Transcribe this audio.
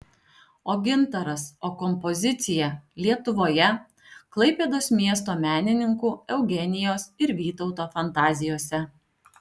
o gintaras o kompozicija lietuvoje klaipėdos miesto menininkų eugenijos ir vytauto fantazijose